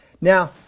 Now